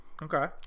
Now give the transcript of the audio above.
Okay